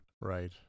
Right